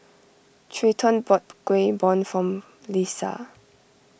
Treyton bought Kueh Bom for Leisa